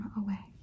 away